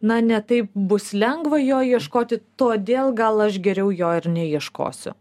na ne taip bus lengva jo ieškoti todėl gal aš geriau jo ir neieškosiu